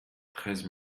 treize